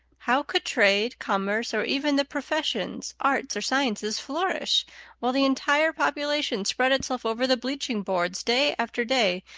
how could trade, commerce, or even the professions, arts, or sciences, flourish while the entire population spread itself over the bleaching-boards, day after day,